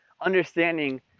understanding